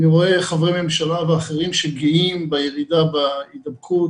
אני רואה איך חברי ממשלה ואחרים גאים בירידה בהידבקות,